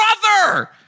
brother